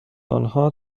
آنها